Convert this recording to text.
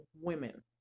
women